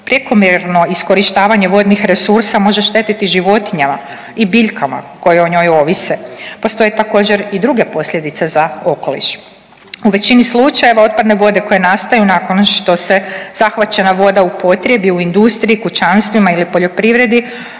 Prekomjerno iskorištavanje vodnih resursa može štetiti životinjama i biljkama koje o njoj ovise. Postoje također i druge posljedice za okoliš. U većini slučajeva otpadne vode koje nastaju nakon što se zahvaćena voda upotrijebi u industriji, kućanstvima ili poljoprivredi